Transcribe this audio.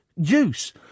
juice